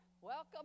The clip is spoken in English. welcome